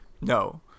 No